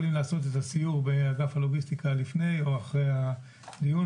אם לעשות את הסיור באגף הלוגיסטיקה לפני או אחרי הדיון,